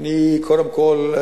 קודם כול,